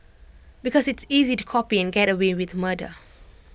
because it's easy to copy and get away with murder